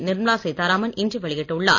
நிர்மலா சீத்தாராமன் இன்று வெளியிட்டுள்ளார்